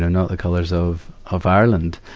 not the colors of, of ireland.